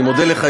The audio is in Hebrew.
אני מודה לך,